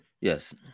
yes